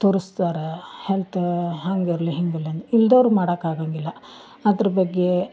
ತೋರುಸ್ತಾರೆ health ಹಂಗಿರಲಿ ಹಿಂಗಿರಲಿ ಅಂತ ಇಲ್ದೋರು ಮಾಡಾಕೆ ಆಗಂಗಿಲ್ಲ ಅದ್ರ ಬಗ್ಗೆ